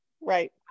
right